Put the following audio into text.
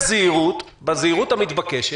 בזהירות המתבקשת,